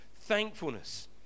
thankfulness